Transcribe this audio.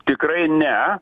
tikrai ne